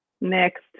next